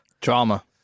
Drama